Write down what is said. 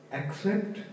accept